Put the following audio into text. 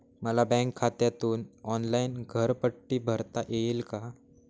मला बँक खात्यातून ऑनलाइन घरपट्टी भरता येईल का?